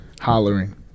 hollering